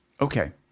Okay